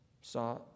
saw